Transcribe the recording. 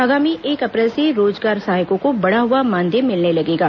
आगामी एक अप्रैल से रोजगार सहायकों को बढ़ा हुआ मानदेय मिलने लगेगा